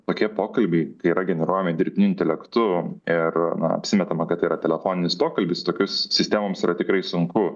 tokie pokalbiai kai yra generuojami dirbtiniu intelektu ir na apsimetama kad tai yra telefoninis pokalbis tokius sistemoms yra tikrai sunku